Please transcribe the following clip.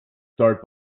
start